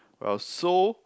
well so